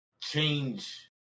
change